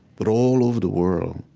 but all over the world,